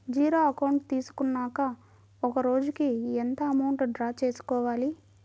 Zero account తీసుకున్నాక ఒక రోజుకి ఎంత అమౌంట్ డ్రా చేసుకోవాలి?